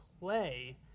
play